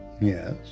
yes